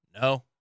No